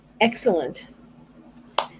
excellent